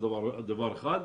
זה דבר אחד,